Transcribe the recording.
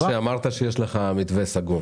משה, אמרת שיש לך מתווה סגור.